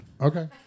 Okay